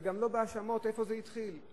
וגם לא בהאשמות איפה זה התחיל.